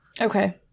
Okay